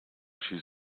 schieß